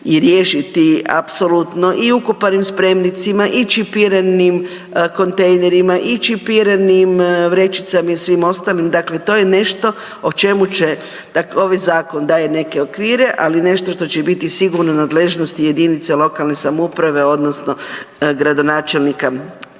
i riješiti apsolutno i ukopanim spremnicima i čipiranim kontejnerima i čipiranim vrećicama i svim ostalim, dakle to je nešto o čemu ovaj zakon daje neke okvire, ali i nešto što će biti sigurno u nadležnosti jedinica lokalne samouprave odnosno gradonačelnika